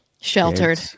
Sheltered